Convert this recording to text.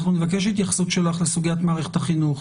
אנחנו נבקש התייחסות שלך לסוגיית מערכת החינוך.